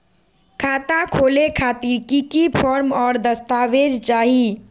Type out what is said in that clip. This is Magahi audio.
खाता खोले खातिर की की फॉर्म और दस्तावेज चाही?